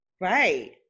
Right